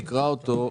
תקרא אותו,